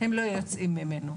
הם לא יוצאים ממנו.